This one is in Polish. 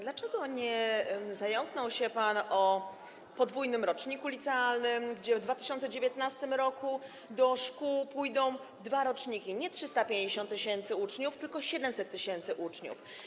Dlaczego nie zająknął się pan o podwójnym roczniku licealnym, a w 2019 r. do szkół pójdą dwa roczniki, nie 350 tys. uczniów tylko 700 tys. uczniów.